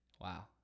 wow